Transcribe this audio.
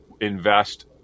invest